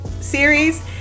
series